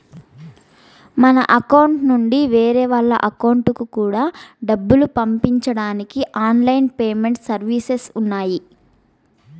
మన అకౌంట్ నుండి వేరే వాళ్ళ అకౌంట్ కూడా డబ్బులు పంపించడానికి ఆన్ లైన్ పేమెంట్ సర్వీసెస్ ఉన్నాయి